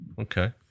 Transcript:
Okay